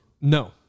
No